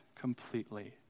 completely